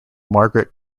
margaret